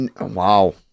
Wow